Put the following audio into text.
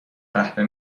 قهوه